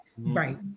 Right